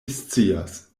scias